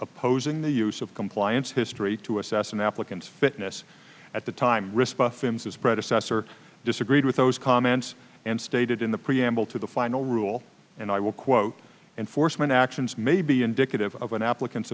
opposing the use of compliance history to assess an applicant's fitness at the time response since his predecessor disagreed with those comments and stated in the preamble to the final rule and i will quote enforcement actions may be indicative of an applicant